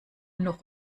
noch